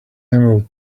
emerald